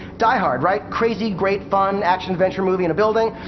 die hard, right? crazy, great, fun, action-adventure movie in a building.